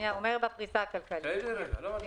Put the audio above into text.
היא כן.